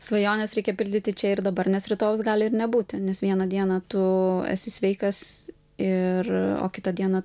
svajones reikia pildyti čia ir dabar nes rytojaus gali ir nebūti nes vieną dieną tu esi sveikas ir o kitą dieną